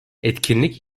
etkinlik